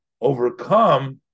overcome